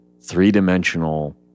three-dimensional